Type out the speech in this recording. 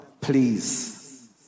please